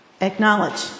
acknowledge